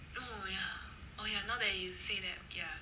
oh ya oh ya now that you said that ya